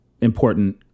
important